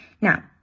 Now